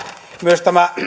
myös tämä